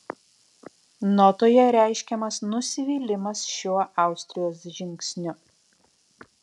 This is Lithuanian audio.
notoje reiškiamas nusivylimas šiuo austrijos žingsniu